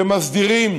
שמסדירים